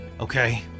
okay